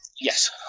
Yes